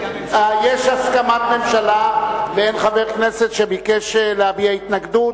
יש הסכמת ממשלה ואין חבר כנסת שביקש להביע התנגדות.